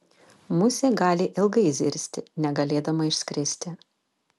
musė gali ilgai zirzti negalėdama išskristi